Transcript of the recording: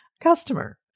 customer